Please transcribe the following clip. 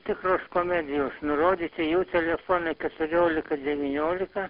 tikros komedijos nurodyti jų telefonai keturiolika devyniolika